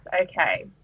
Okay